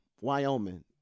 Wyoming